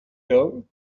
dough